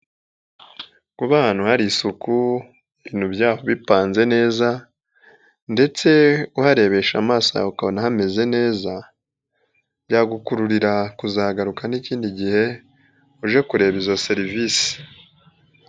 Kuba ahantu hari isuku, ibintu byaho bipanze neza ndetse uharebesha amaso yawe ukabona hameze neza, byagukururira kuzagaruka n'ikindi gihe uje kureba izo serivisi.